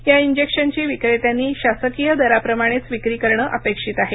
या इंजेक्शनची विक्रेत्यांनी शासकीय दराप्रमाणेच विक्री करणं अपेक्षित आहे